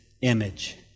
image